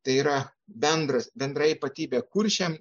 tai yra bendras bendra ypatybė kuriam